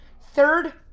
Third